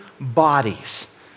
bodies